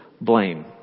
blame